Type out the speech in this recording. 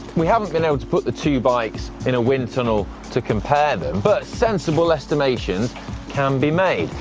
we haven't been able to put the two bikes in a wind tunnel to compare them, but sensible estimations can be made.